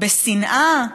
בשנאה.